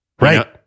Right